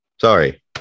Sorry